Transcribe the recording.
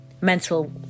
mental